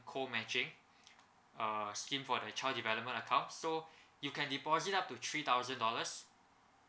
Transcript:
co matching uh scheme for the child development account so you can deposit up to three thousand dollars